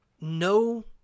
No